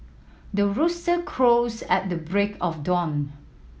the rooster crows at the break of dawn